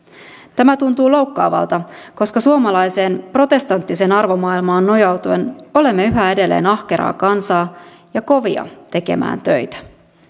tämä tuntuu loukkaavalta koska suomalaiseen protestanttiseen arvomaailmaan nojautuen olemme yhä edelleen ahkeraa kansaa ja kovia tekemään töitä